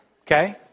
okay